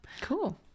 Cool